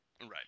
Right